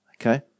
Okay